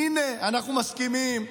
הינה, אנחנו מסכימים.